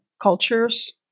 cultures